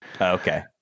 Okay